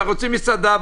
אנשים רוצים מסעדה,